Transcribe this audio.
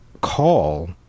call